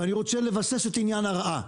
ואני רוצה לבסס את עניין הרעה.